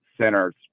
center's